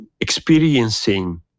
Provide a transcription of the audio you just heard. Experiencing